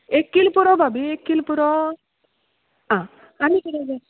एक कील पुरो भाभी एक कील पुरो आं आनी कितें जाय